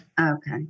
Okay